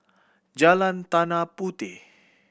Jalan Tanah Puteh